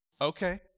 Okay